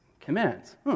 commands